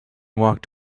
walked